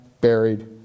buried